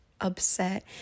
upset